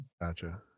Gotcha